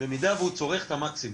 במידה והוא צורך את המקסימום.